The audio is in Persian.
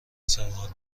سرحال